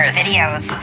videos